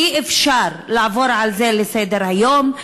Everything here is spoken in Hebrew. אי-אפשר לעבור על זה לסדר-היום.